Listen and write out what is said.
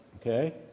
Okay